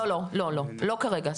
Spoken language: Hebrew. לא כרגע.